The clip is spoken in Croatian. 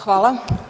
Hvala.